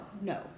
no